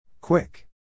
Quick